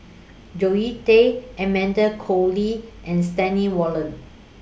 Zoe Tay Amanda Koe Lee and Stanley Warren